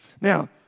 Now